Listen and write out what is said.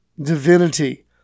divinity